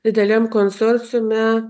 dideliam konsorciume